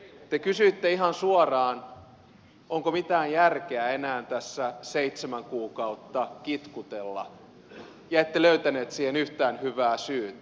te kysyitte ihan suoraan onko mitään järkeä enää tässä seitsemän kuukautta kitkutella ja ette löytänyt siihen yhtään hyvää syytä